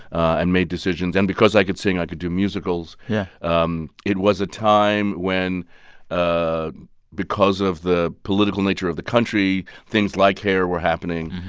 and made decisions and because i could sing, i could do musicals. yeah um it was a time when ah because of the political nature of the country, things like hair were happening,